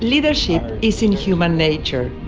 leadership is in human nature,